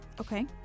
Okay